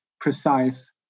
precise